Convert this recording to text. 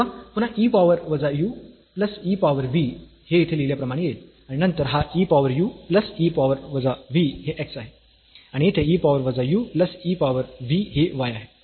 तेव्हा पुन्हा e power वजा u plus e power v हे येथे लिहल्याप्रमाणे येईल आणि नंतर हा e power u plus e power वजा v हे x आहे आणि येथे e पॉवर वजा u plus e power v हे y आहे